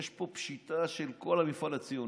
יש פה פשיטת רגל של כל המפעל הציוני.